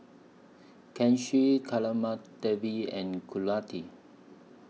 Kanshi and